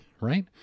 right